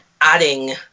adding